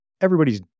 everybody's